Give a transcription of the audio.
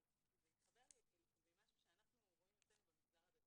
זה התחבר לי למשהו שאנחנו רואים אצלנו במגזר הדתי.